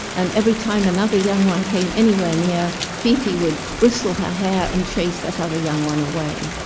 and every time another young one came anywhere near, fifi would bristle her hair and chase that other young one away.